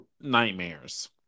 nightmares